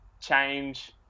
change